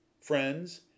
friends